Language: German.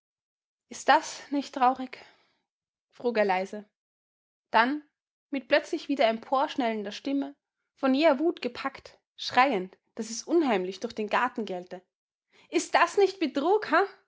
ist das nicht traurig frug er leise dann mit plötzlich wieder emporschnellender stimme von jäher wut gepackt schreiend daß es unheimlich durch den garten gellte ist das nicht